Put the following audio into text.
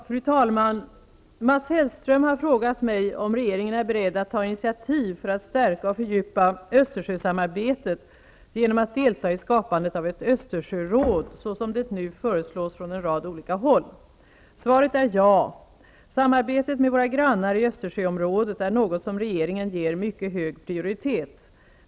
Fru talman! Mats Hellström har frågat mig om regeringen är beredd att ta initiativ för att stärka och fördjupa Östersjösamarbetet genom att delta i skapandet av ett Östersjöråd, så som det nu föreslås från en rad olika håll. Svaret är ja. Samarbetet med våra grannar i Östersjöområdet är något som regeringen ger mycket hög prioritet.